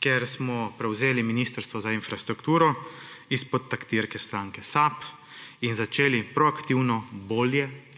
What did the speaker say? ker smo prevzeli Ministrstvo za infrastrukturo izpod taktirke SAB in začeli proaktivno